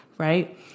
Right